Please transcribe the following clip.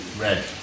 red